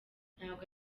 ntabwo